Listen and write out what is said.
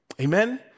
Amen